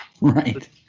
Right